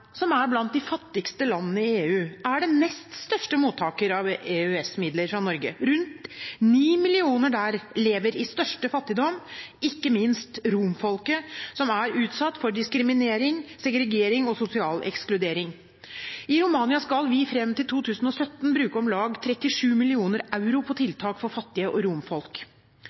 som er blant de fattigste landene i EU, er den nest største mottakeren av EØS-midler fra Norge. Rundt 9 millioner der lever i største fattigdom, ikke minst romfolket, som er utsatt for diskriminering, segregering og sosial ekskludering. I Romania skal vi fram til 2017 bruke om lag 37 mill. euro på tiltak for fattige og romfolk.